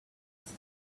ice